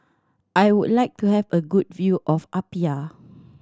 I would like to have a good view of Apia